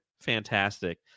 fantastic